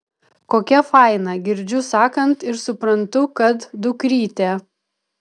kokia faina girdžiu sakant ir suprantu kad dukrytė